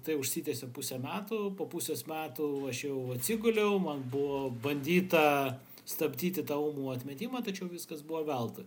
tai užsitęsė pusę metų po pusės metų aš jau atsiguliau man buvo bandyta stabdyti tą ūmų atmetimą tačiau viskas buvo veltui